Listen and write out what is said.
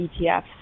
ETFs